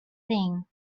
thing